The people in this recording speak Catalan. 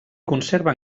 conserva